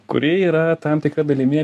kuri yra tam tikra dalimi